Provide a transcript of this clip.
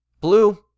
Blue